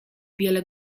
wiele